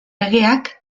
legeak